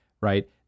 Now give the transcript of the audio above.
right